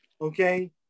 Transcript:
Okay